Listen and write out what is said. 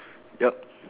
yup